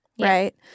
right